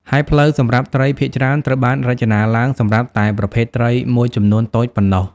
ហើយផ្លូវសម្រាប់ត្រីភាគច្រើនត្រូវបានរចនាឡើងសម្រាប់តែប្រភេទត្រីមួយចំនួនតូចប៉ុណ្ណោះ។